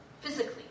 physically